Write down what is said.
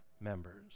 members